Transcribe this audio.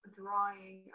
drawing